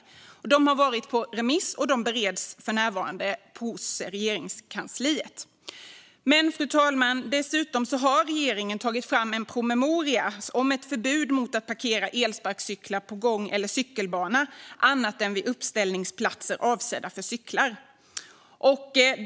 Rapporterna har varit ute på remiss och bereds för närvarande i Regeringskansliet. Dessutom har regeringen tagit fram en promemoria om ett förbud mot att parkera elsparkcyklar på gång eller cykelbana annat än vid uppställningsplatser avsedda för cyklar.